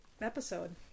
episode